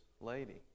lady